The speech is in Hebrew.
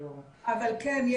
אבל כן, יש.